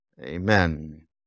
amen